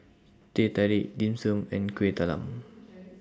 Teh Tarik Dim Sum and Kueh Talam